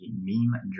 Meme